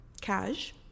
cash